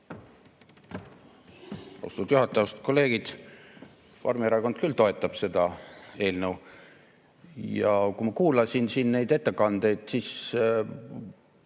Austatud kolleegid! Reformierakond küll toetab seda eelnõu. Kui ma kuulasin siin neid ettekandeid, siis